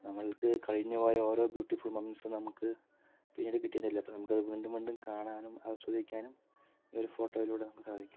നമ്മൾക്ക് കഴിഞ്ഞ് പോയ ഓരോ ബ്യൂട്ടിഫുൾ മൊമൻറ്റ്സും നമുക്ക് പിന്നീട് കിട്ടീന്ന് വരില്ല അപ്പോൾ നമുക്കത് വീണ്ടും വീണ്ടും കാണാനും ആസ്വദിക്കാനും ഈയൊരു ഫോട്ടോയിലൂടെ നമുക്ക് സാധിക്കും